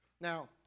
Now